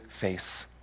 face